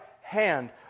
hand